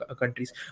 countries